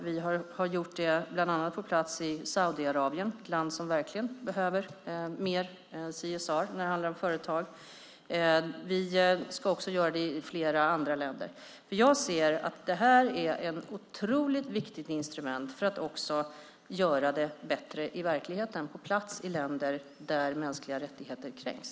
Vi har gjort det bland annat på plats i Saudiarabien, ett land som verkligen behöver mer CSR när det gäller företag. Vi ska göra det i flera andra länder. Jag ser att det här är ett otroligt viktigt instrument för att göra det bättre i verkligheten på plats i länder där mänskliga rättigheter kränks.